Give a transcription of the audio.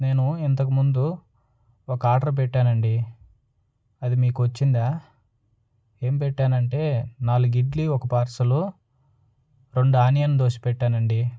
నేను ఇంతకముందు ఒక ఆర్డర్ పెట్టానండి అది మీకు వచ్చిందా ఏం పెట్టానంటే నాలుగు ఇడ్లీ ఒక పార్సెలు రెండు ఆనియన్ దోశ పెట్టానండి